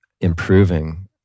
improving